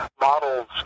models